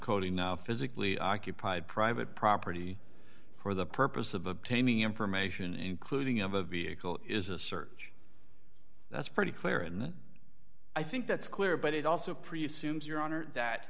quoting now physically occupied private property for the purpose of obtaining information including of a vehicle is a search that's pretty clear and i think that's clear but it also pretty assumes your honor that